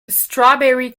strawberry